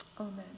amen